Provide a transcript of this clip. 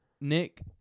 Nick